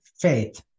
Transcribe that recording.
faith